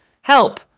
Help